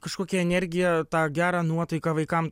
kažkokią energiją tą gerą nuotaiką vaikam